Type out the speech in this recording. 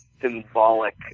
symbolic